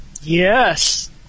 Yes